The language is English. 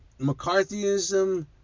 McCarthyism